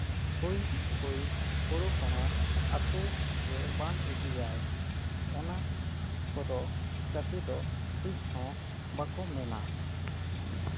ᱦᱩᱭ ᱦᱩᱭ ᱦᱳᱲᱳ ᱠᱚᱦᱚᱸ ᱟᱛᱳ ᱡᱮ ᱵᱟᱱ ᱤᱫᱤᱭᱟᱭ ᱚᱱᱟ ᱠᱚᱫᱚ ᱪᱟᱹᱥᱤ ᱫᱚ ᱛᱤᱥ ᱦᱚᱸ ᱵᱟᱠᱚ ᱢᱮᱱᱟ